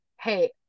hey